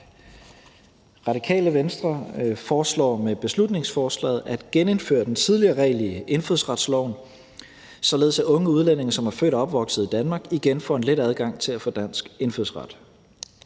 Radikale Venstre foreslår med beslutningsforslaget at genindføre den tidligere regel i indfødsretsloven, således at unge udlændinge, som er født og opvokset i Danmark, igen får en let adgang til at få dansk indfødsret.